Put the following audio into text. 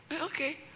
okay